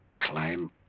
climb